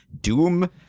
doom